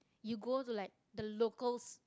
you go to like the locals